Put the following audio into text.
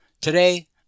Today